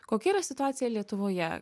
kokia yra situacija lietuvoje